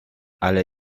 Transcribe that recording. ale